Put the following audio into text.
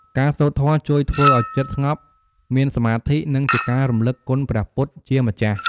ការសូត្រធម៌ជួយធ្វើឲ្យចិត្តស្ងប់ មានសមាធិ និងជាការរំលឹកគុណព្រះពុទ្ធជាម្ចាស់។